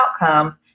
outcomes